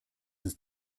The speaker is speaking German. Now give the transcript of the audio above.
ist